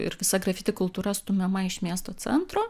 ir visa grafiti kultūra stumiama iš miesto centro